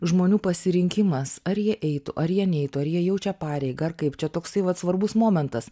žmonių pasirinkimas ar jie eitų ar jie neitų ar jie jaučia pareigą ar kaip čia toksai vat svarbus momentas